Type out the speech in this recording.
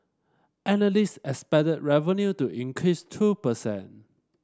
analyst expected revenue to increase two per cent